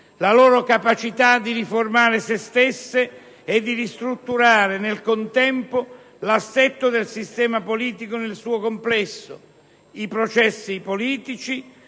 la loro capacità di riformare se stesse e di ristrutturare nel contempo l'assetto del sistema politico nel suo complesso: i processi politici,